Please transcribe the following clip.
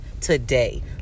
today